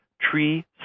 Tree